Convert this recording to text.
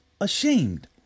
ashamed